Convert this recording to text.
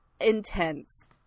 intense